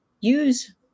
use